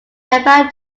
emperor